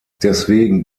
deswegen